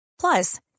Plus